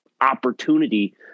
opportunity